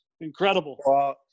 incredible